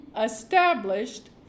established